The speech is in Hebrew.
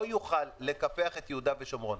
לא יוכל לקפח את יהודה ושומרון.